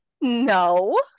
no